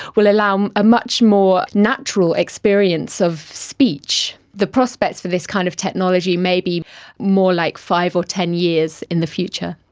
will allow a much more natural experience of speech. the prospects for this kind of technology may be more like five or ten years in the future.